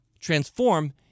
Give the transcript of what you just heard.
transform